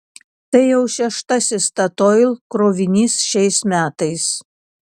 tai jau šeštasis statoil krovinys šiais metais